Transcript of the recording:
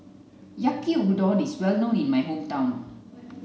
Yaki Udon is well known in my hometown